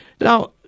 Now